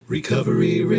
Recovery